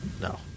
No